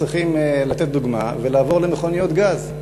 צריכים לתת דוגמה ולעבור למכוניות גז?